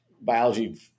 Biology